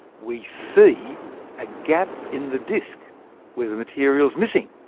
we see a gap in the disk where the material's missing,